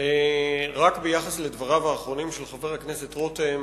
רק ביחס לדבריו האחרונים של חבר הכנסת רותם,